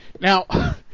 Now